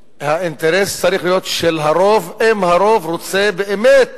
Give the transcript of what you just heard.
האינטרס צריך להיות של הרוב, אם הרוב רוצה באמת